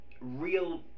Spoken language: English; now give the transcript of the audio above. real